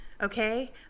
Okay